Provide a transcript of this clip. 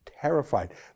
terrified